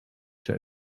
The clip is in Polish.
czy